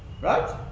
Right